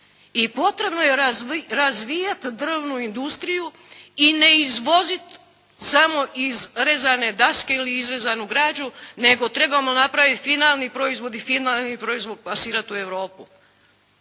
I potrebno je razvijati drvnu industriju i ne izvozit samo iz rezane daske ili samo izrezanu građu nego trebamo napraviti finalni proizvod i finalni proizvod plasirati u Europu.